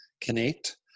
connect